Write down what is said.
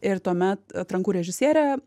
ir tuomet atrankų režisierė